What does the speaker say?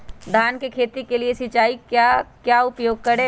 धान की खेती के लिए सिंचाई का क्या उपयोग करें?